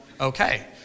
okay